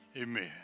Amen